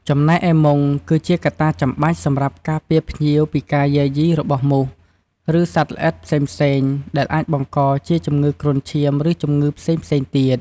ចំណែកឯមុង គឺជាកត្តាចាំបាច់សម្រាប់ការពារភ្ញៀវពីការយាយីរបស់មូស ឬសត្វល្អិតផ្សេងៗ ដែលអាចបង្កជាជំងឺគ្រុនឈាម ឬជំងឺផ្សេងៗទៀត។